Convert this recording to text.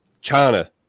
China